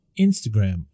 Instagram